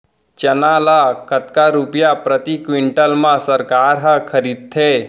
चना ल कतका रुपिया प्रति क्विंटल म सरकार ह खरीदथे?